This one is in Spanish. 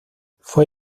fue